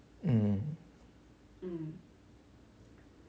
mm